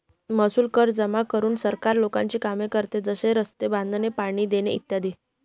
महसूल कर जमा करून सरकार लोकांची कामे करते, जसे रस्ते बांधणे, पाणी देणे इ